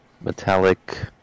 metallic